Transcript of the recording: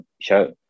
show